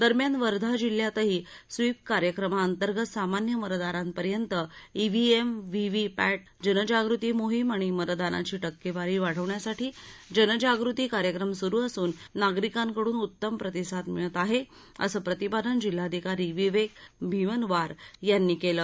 दरम्यान वर्धा जिल्ह्यातही स्वीप कार्यक्रमांतर्गत सामान्य मतदारांपर्यंत ईव्हीएम व्हीव्हीपॅट जनजागृती मोहिम आणि मतदानाची टक्केवारी वाढविण्यासाठी जनजागृती कार्यक्रम सूरु असुन नागरीकांकडून उत्तम प्रतिसाद मिळत आहे असं प्रतिपादन जिल्हाधिकारी विवेक भीमनवार यांनी केले